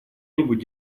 нибудь